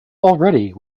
already